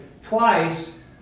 Twice